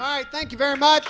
on thank you very much